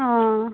অঁ